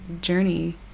journey